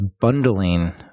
bundling